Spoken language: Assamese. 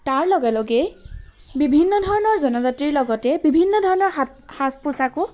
তাৰ লগে লগেই বিভিন্ন ধৰণৰ জনজাতিৰ লগতে বিভিন্ন ধৰণৰ সাত সাজ পোচাকো